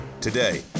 Today